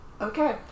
Okay